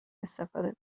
استفاده